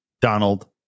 Donald